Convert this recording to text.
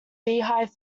beehive